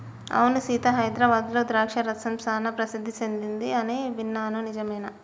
అవును సీత హైదరాబాద్లో ద్రాక్ష రసం సానా ప్రసిద్ధి సెదింది అని విన్నాను నిజమేనా